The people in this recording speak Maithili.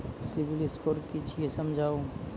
सिविल स्कोर कि छियै समझाऊ?